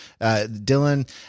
Dylan